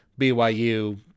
BYU